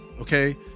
Okay